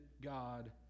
God